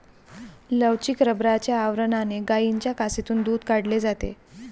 लवचिक रबराच्या आवरणाने गायींच्या कासेतून दूध काढले जाते